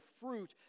fruit